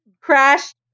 crashed